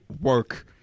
Work